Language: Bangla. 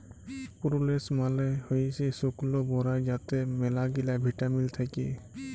প্রুলেস মালে হইসে শুকল বরাই যাতে ম্যালাগিলা ভিটামিল থাক্যে